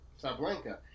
Sablenka